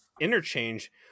interchange